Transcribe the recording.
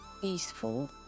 peaceful